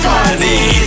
Party